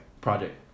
project